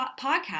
podcast